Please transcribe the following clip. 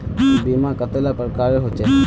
बीमा कतेला प्रकारेर होचे?